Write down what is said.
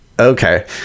Okay